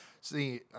See